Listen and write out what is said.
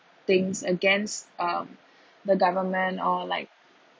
things against um the government or like